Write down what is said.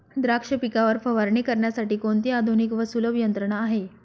द्राक्ष पिकावर फवारणी करण्यासाठी कोणती आधुनिक व सुलभ यंत्रणा आहे?